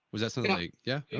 was that something, like yeah yeah?